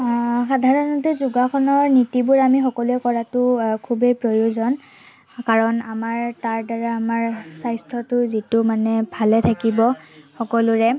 সাধাৰণতে যোগাসনৰ নীতিবোৰ আমি সকলোৱে কৰাতো খুবেই প্ৰয়োজন কাৰণ আমাৰ তাৰদ্বাৰা আমাৰ স্বাস্থ্যটো যিটো মানে ভালে থাকিব সকলোৰে